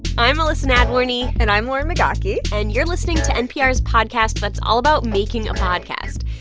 i'm elissa nadworny and i'm lauren migaki and you're listening to npr's podcast that's all about making a podcast.